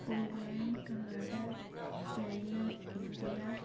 Poland Canada China India